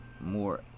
more